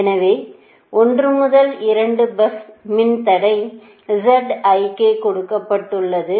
எனவே 1 முதல் 2 பஸ் மின்தடை கொடுக்கப்பட்டுள்ளது